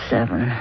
Seven